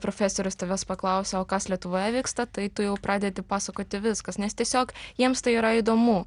profesorius tavęs paklausia o kas lietuvoje vyksta tai tu jau pradedi pasakoti viskas nes tiesiog jiems tai yra įdomu